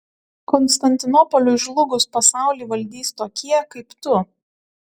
konstantinopoliui žlugus pasaulį valdys tokie kaip tu